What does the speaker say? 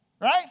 right